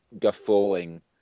guffawing